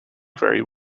very